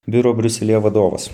biuro briuselyje vadovas